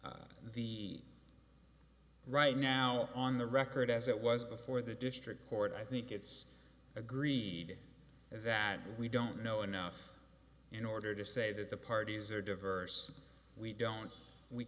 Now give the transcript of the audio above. jurisdiction the right now on the record as it was before the district court i think it's agreed that we don't know enough in order to say that the parties are diverse we don't we